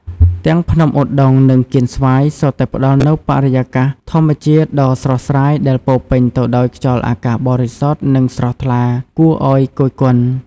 ទាំងភ្នំឧដុង្គ និងកៀនស្វាយសុទ្ធតែផ្តល់នូវបរិយាកាសធម្មជាតិដ៏ស្រស់ស្រាយដែលពោរពេញទៅដោយខ្យល់អាកាសបរិសុទ្ធនិងស្រស់ថ្លាគួរឲ្យគយគន់។